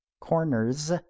Corners